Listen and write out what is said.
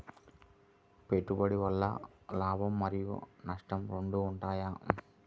పెట్టుబడి వల్ల లాభం మరియు నష్టం రెండు ఉంటాయా?